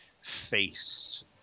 face